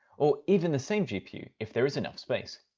or even the same gpu if there is enough space.